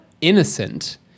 innocent